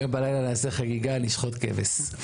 היום בלילה נעשה חגיגה, נשחט כבש'.